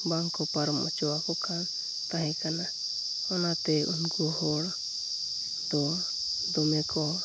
ᱵᱟᱝᱠᱚ ᱯᱟᱨᱚᱢᱚᱪᱚ ᱟᱠᱚᱠᱟᱱ ᱛᱟᱦᱮᱸ ᱠᱟᱱᱟ ᱚᱱᱟᱛᱮ ᱩᱱᱠᱚ ᱦᱚᱲᱫᱚ ᱫᱚᱢᱮᱠᱚ